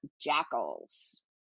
jackals